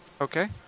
Okay